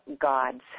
gods